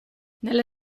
nelle